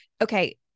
okay